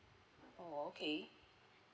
oh okay